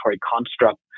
construct